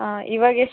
ಹಾಂ ಇವಾಗೆ